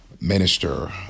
minister